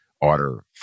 order